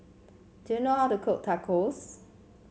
do you know how to cook Tacos